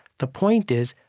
the point is,